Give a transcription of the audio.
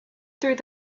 through